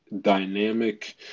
dynamic